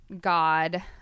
God